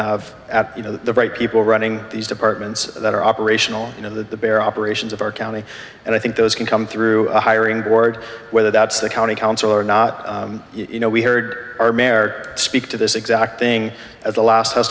have you know the right people running these departments that are operational you know the bare operations of our county and i think those can come through a hiring board whether that's the county council or not you know we heard our mayor speak to this exact thing at the last house